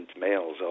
males